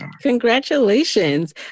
Congratulations